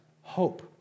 hope